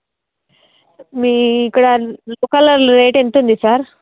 మీ ఇక్కడ చుట్టుపక్కల రేట్ ఎంతుంది సార్